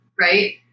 right